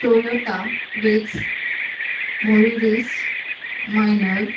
Toyota Vitz Morris minor